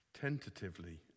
Tentatively